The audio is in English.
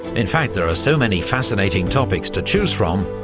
in fact there are so many fascinating topics to choose from,